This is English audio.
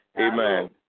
amen